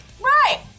Right